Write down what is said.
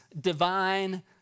divine